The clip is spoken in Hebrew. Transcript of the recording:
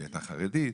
ילדה חרדית,